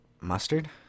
Mustard